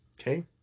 okay